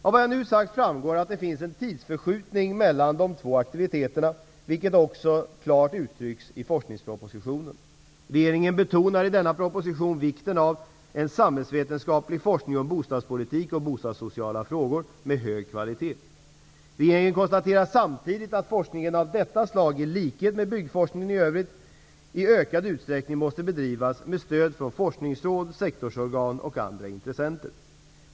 Av vad jag nu har sagt framgår att det finns en tidsförskjutning mellan de två aktiviteterna, vilket också klart uttrycks i forskningspropositionen. Regeringen betonar i forskningspropositionen vikten av en samhällsvetenskaplig forskning om bostadspolitik och bostadssociala frågor med hög kvalitet. Regeringen konstaterar samtidigt att forskning av detta slag, i likhet med byggforskning i övrigt, i ökad utsträckning måste bedrivas med stöd från forskningsråd, sektorsorgan och andra intressenter.